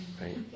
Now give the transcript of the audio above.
right